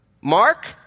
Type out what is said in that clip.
Mark